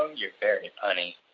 you're very funny